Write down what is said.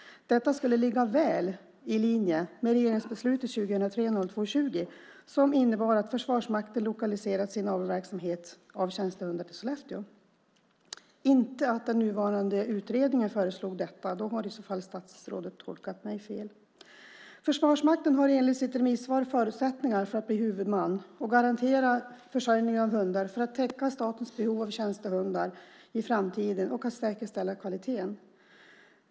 Detta skulle ligga väl linje med regeringsbeslutet den 20 februari 2003 som innebar att Försvarsmakten lokaliserat sin avelsverksamhet av tjänstehundar till Sollefteå. Jag sade inte att den nuvarande utredningen föreslog detta. Statsrådet har i så fall tolkat mig fel. Försvarsmakten har enligt sitt remissvar förutsättningar att bli huvudman och garantera försörjning av hundar för att täcka statens behov av tjänstehundar i framtiden och att säkerställa kvaliteten.